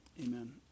Amen